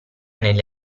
negli